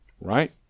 right